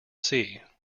see